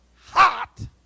hot